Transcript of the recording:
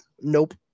Nope